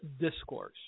Discourse